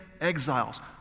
exiles